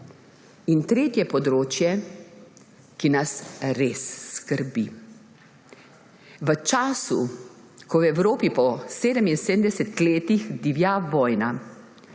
Tretje področje, ki nas res skrbi. V času, ko v Evropi po 77 letih divja vojna